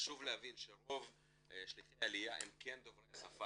חשוב להבין שרוב שליחי העלייה הם כן דוברי השפה